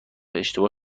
اشتباه